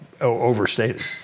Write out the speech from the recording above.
overstated